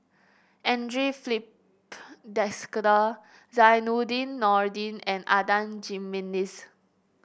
Andre Filipe Desker Zainudin Nordin and Adan Jimenez